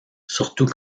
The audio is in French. surtout